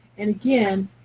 and, again,